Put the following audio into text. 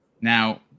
now